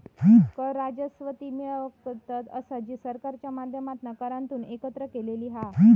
कर राजस्व ती मिळकत असा जी सरकारच्या माध्यमातना करांतून एकत्र केलेली हा